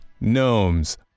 gnomes